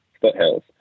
foothills